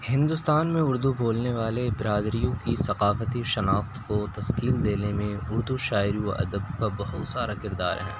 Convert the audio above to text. ہندوستان میں اردو بولنے والے برادریوں کی ثقافتی شناخت کو تشکیل دینے میں اردو شعر و ادب کا بہت سارا کردار ہے